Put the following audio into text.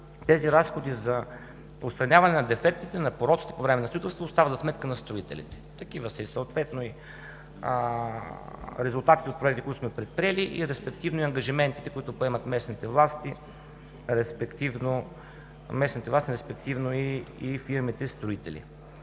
тези разходи за отстраняване на дефектите, на пороците по време на строителството, остават за сметка на строителите. Такива са съответно и резултатите от проверките, които сме предприели и респективно и ангажиментите, които поемат местните власти, и фирмите строители.